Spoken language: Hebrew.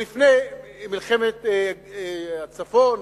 או לפני מלחמת הצפון,